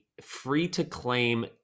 free-to-claim